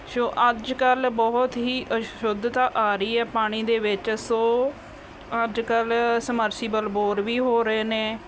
ਸੋ ਅੱਜ ਕੱਲ੍ਹ ਬਹੁਤ ਹੀ ਅਸ਼ੁੱਧਤਾ ਆ ਰਹੀ ਹੈ ਪਾਣੀ ਦੇ ਵਿੱਚ ਸੋ ਅੱਜ ਕੱਲ੍ਹ ਸਮਰਸੀਬਲ ਬੋਰ ਵੀ ਹੋ ਰਹੇ ਨੇ